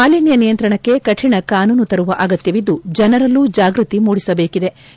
ಮಾಲೀನ್ನ ನಿಯಂತ್ರಣಕ್ಕೆ ಕಾಣ ಕಾನೂನು ತರುವ ಅಗತ್ಯವಿದ್ದು ಜನರಲ್ಲೂ ಜಾಗೃತಿ ಮೂಡಿಸದೇಕೆದೆ